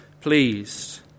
pleased